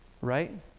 right